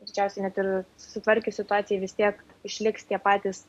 greičiausiai net ir susitvarkius situacijai vis tiek išliks tie patys